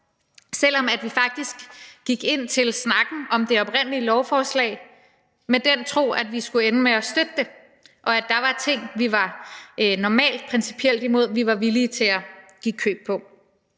selv om vi faktisk gik ind til snakken om det oprindelige lovforslag med den tro, at vi skulle ende med at støtte det, og at der var ting, som vi normalt ville være principielt imod, men som vi var villige til at give køb på.